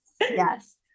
yes